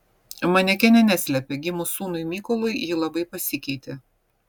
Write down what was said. manekenė neslepia gimus sūnui mykolui ji labai pasikeitė